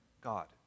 God